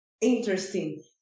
interesting